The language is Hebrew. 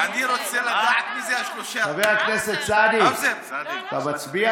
חבר הכנסת סעדי, אתה מצביע